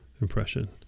impression